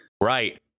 Right